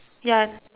ya